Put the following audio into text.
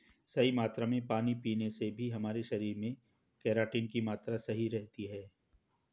सही मात्रा में पानी पीने से भी हमारे शरीर में केराटिन की मात्रा सही रहती है